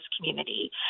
community